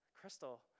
Crystal